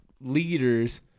leaders